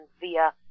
via